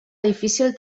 difícil